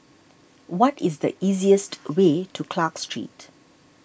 what is the easiest way to Clarke Street